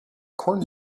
corned